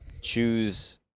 choose